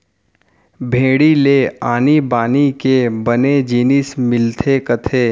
भेड़ी ले आनी बानी के बने जिनिस मिलथे कथें